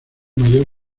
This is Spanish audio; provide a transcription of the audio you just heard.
mayor